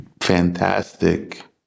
fantastic